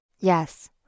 Yes